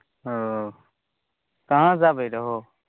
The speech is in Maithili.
ओ कहाँसे आबै रहो